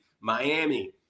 Miami